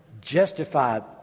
justified